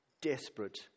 desperate